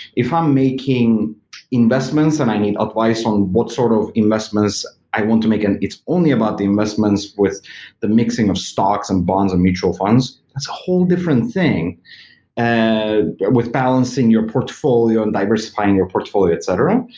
if i'm making investments and i need advice on what sort of investments i want to make, and it's only about the investments with the mixing of stocks and bonds and mutual funds. it's a whole different thing with balancing your portfolio and diversifying your portfolio, et cetera,